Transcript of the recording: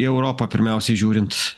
į europą pirmiausiai žiūrint